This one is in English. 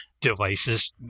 devices